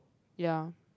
ya